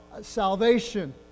salvation